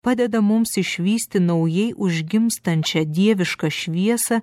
padeda mums išvysti naujai užgimstančią dievišką šviesą